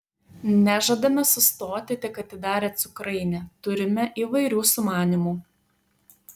nežadame sustoti tik atidarę cukrainę turime įvairių sumanymų